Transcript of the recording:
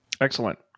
Excellent